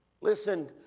Listen